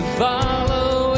follow